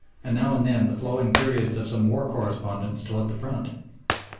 and now and then the flowing periods of some war correspondent still at the front.